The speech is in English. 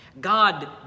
God